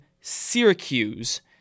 Syracuse